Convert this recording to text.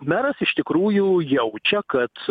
meras iš tikrųjų jaučia kad